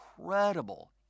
incredible